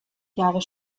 jahre